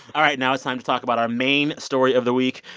all right, now it's time to talk about our main story of the week,